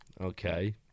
Okay